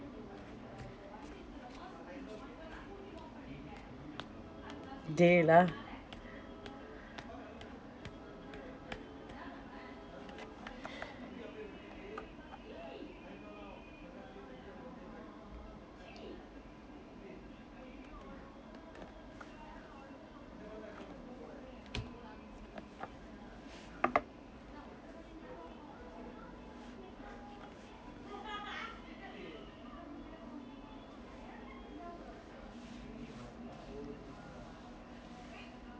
day lah